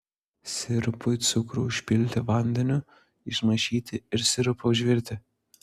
sirupui cukrų užpilti vandeniu išmaišyti ir sirupą užvirti